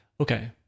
Okay